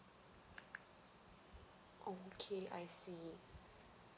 okay I see